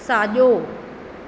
साजो॒